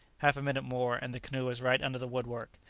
half a minute more, and the canoe was right under the woodwork,